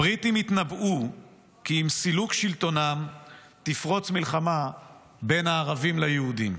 הבריטים התנבאו כי עם סילוק שלטונם תפרוץ מלחמה בין הערבים ליהודים.